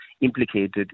implicated